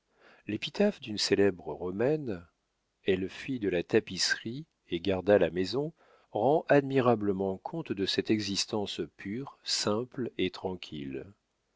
l'épitaphe d'une célèbre romaine elle fit de la tapisserie et garda la maison rend admirablement compte de cette existence pure simple et tranquille